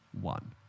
one